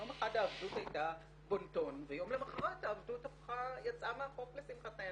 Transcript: יום אחד העבדות היתה בון טון ויום למחרת העבדות יצאה מהחוק לשמחתנו.